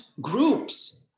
groups